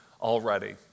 already